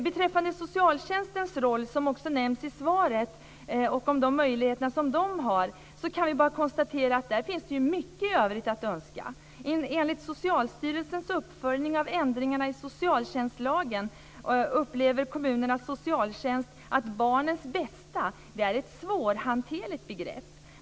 Beträffande socialtjänstens roll, som också omnämns i svaret, och de möjligheter som den har kan vi bara konstatera att där finns det mycket övrigt att önska. Enligt Socialstyrelsens uppföljning av ändringarna i socialtjänstlagen upplever kommunernas socialtjänst att "barnets bästa" är ett svårhanterligt begrepp.